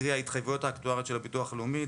קרי: ההתחייבויות האקטואריות של הביטוח הלאומי,